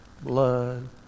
blood